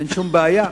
אין שום בעיה,